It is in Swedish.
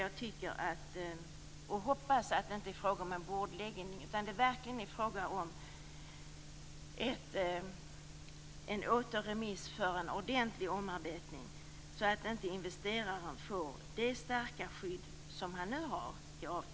Jag hoppas att det inte är fråga om en bordläggning utan att det verkligen är fråga om en återremiss för en ordentlig omarbetning, så att inte investeraren får det starka skydd som han nu har i avtalet.